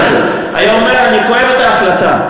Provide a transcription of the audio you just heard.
הזה והיה אומר: אני כואב את ההחלטה.